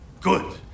Good